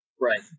Right